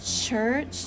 church